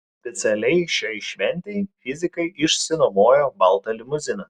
specialiai šiai šventei fizikai išsinuomojo baltą limuziną